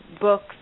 books